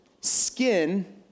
skin